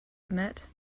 admit